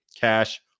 Cash